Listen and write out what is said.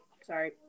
Sorry